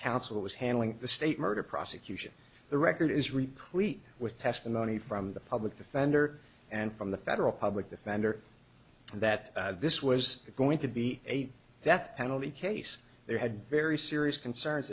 counsel was handling the state murder prosecution the record is replete with testimony from the public defender and from the federal public defender that this was going to be a death penalty case there had very serious concerns